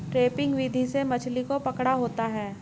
trapping विधि से मछली को पकड़ा होता है